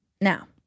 Now